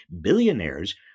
billionaires